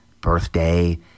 birthday